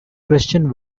christian